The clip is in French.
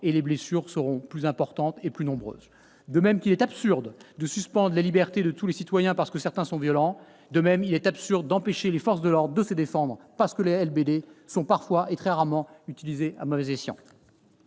avec des blessures plus graves et plus nombreuses. De même qu'il est absurde de suspendre les libertés de tous les citoyens, au motif que certains d'entre eux sont violents, il est absurde d'empêcher les forces de l'ordre de se défendre parce que les LBD sont parfois, très rarement, utilisés à mauvais escient.